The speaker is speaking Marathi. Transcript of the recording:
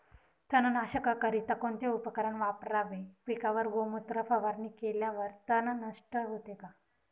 तणनाशकाकरिता कोणते उपकरण वापरावे? पिकावर गोमूत्र फवारणी केल्यावर तण नष्ट होते का?